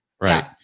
Right